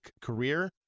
career